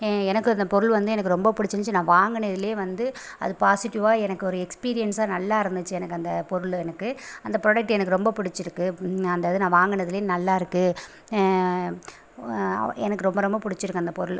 எனக்கு அந்த பொருள் வந்து எனக்கு ரொம்ப பிடிச்சிருந்துச்சி நான் வாங்கினதுலியே வந்து அது பாஸிட்டிவாக எனக்கு ஒரு எக்ஸ்ப்ரியன்ஸாக நல்லா இருந்துச்சு எனக்கு அந்த பொருள் எனக்கு அந்த ப்ராடெக்ட் எனக்கு ரொம்ப பிடிச்சிருக்கு அந்த இது நான் வாங்கினதுலியே நல்லாயிருக்கு எனக்கு ரொம்ப ரொம்ப பிடிச்சிருக்கு அந்த பொருள்